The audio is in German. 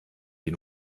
die